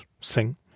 sing